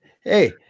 hey